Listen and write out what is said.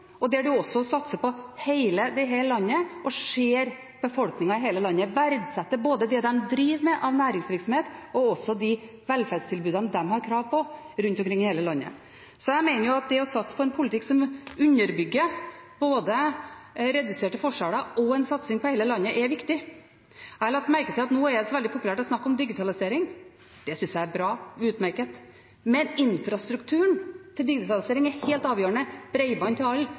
og der en også satser på hele landet og ser befolkningen i hele landet, verdsetter det de driver med av næringsvirksomhet, og også de velferdstilbudene de har krav på rundt omkring i hele landet. Jeg mener at det å satse på en politikk som bygger opp under reduserte forskjeller, og hvor en satser på hele landet, er viktig. Jeg har lagt merke til at nå er det så veldig populært å snakke digitalisering. Det syns jeg er bra, utmerket, men infrastrukturen til digitalisering er helt avgjørende. Bredbånd til